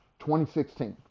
2016